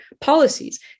policies